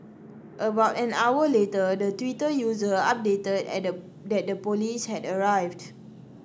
about an hour later the Twitter user updated that the that the police had arrived